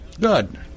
Good